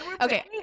okay